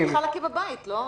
אפשר לעשות חלקה בבית, לא?